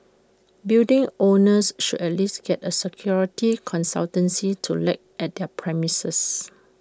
building owners should at least get A security consultancy to look at their premises